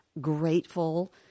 grateful